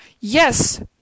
Yes